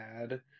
add